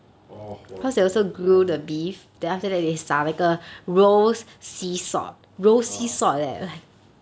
orh !wah! sian I ah